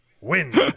win